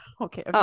okay